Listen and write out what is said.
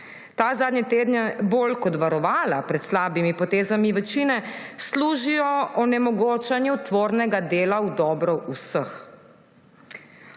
Te zadnje tedne bolj kot varovala pred slabimi potezami večine služijo onemogočanju tvornega dela v dobro vseh.